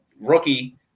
rookie